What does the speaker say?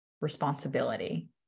responsibility